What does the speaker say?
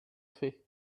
fait